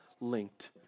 linked